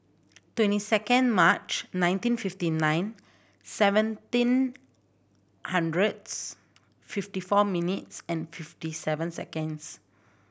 twenty second March nineteen fifty nine seventeen hundreds fifty four minutes and fifty seven seconds